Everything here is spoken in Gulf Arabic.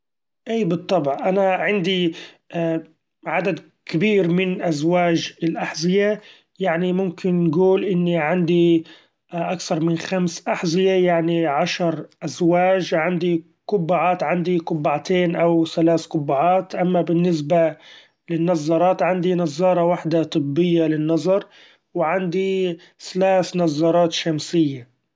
إي بالطبع! أنا عندي عدد كبير من ازواچ الاحذية يعني ممكن نقول إني عندي اكثر من خمس احذية يعني عشر ازواچ، عندي قبعات عندي قبعتين أو ثلاث قباعات ، اما بالنسبة للنظارات عندي نظارة واحدة طبية للنظر وعندي ثلاث نظارات شمسية.